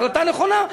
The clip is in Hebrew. החלטה נכונה,